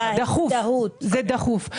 זה דחוף.